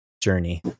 journey